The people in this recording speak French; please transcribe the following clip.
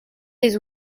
des